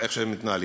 איך שהם מתנהלים.